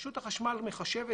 רשות החשמל מחשבת